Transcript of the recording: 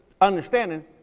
understanding